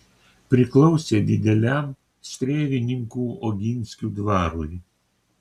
priklausė dideliam strėvininkų oginskių dvarui